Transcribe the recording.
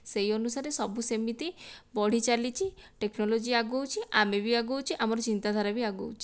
ସେହି ଅନୁସାରେ ସବୁ ସେମିତି ବଢ଼ି ଚାଲିଛି ଟେକ୍ନୋଲୋଜି ଆଗଉଛି ଆମେ ବି ଆଗଉଛେ ଆମର ଚିନ୍ତାଧାରା ବି ଆଗଉଛି